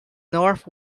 north